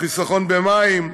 לחיסכון במים,